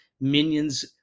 Minions